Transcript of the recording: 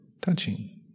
touching